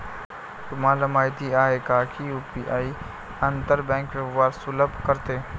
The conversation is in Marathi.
तुम्हाला माहित आहे का की यु.पी.आई आंतर बँक व्यवहार सुलभ करते?